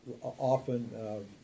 often